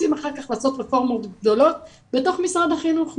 רוצים אחר כך רפורמות גדולות בתוך משרד החינוך,